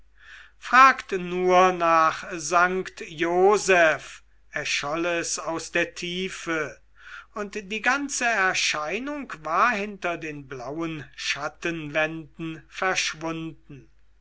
fragt nur nach sankt joseph erscholl es aus der tiefe und die ganze erscheinung war hinter den blauen schattenwänden verschwunden